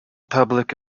public